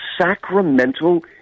sacramental